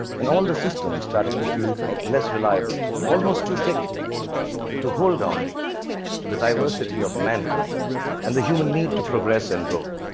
and all the systems started to feel less reliable to me, almost too thick to hold on to the diversity of mankind and the human need to progress and grow.